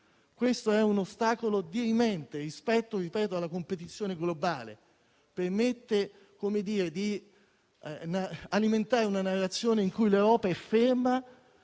un ostacolo dirimente rispetto alla competizione globale, che permette di alimentare una narrazione in cui l'Europa è ferma